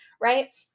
right